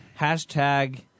hashtag